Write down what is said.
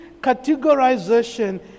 categorization